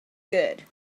good